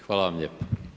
Hvala vam lijepo.